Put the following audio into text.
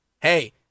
hey